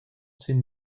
sin